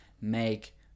make